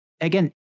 again